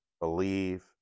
believe